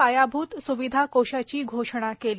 पायाभूत सुविधा कोषाची घोषणा केली